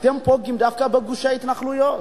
אתם פוגעים דווקא בגושי ההתנחלויות.